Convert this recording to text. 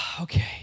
okay